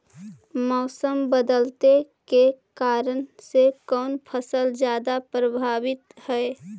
मोसम बदलते के कारन से कोन फसल ज्यादा प्रभाबीत हय?